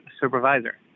supervisor